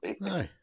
No